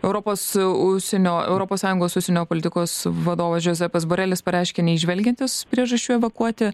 europos užsienio europos sąjungos užsienio politikos vadovas džozefas borelis pareiškė neįžvelgiantis priežasčių evakuoti